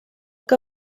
que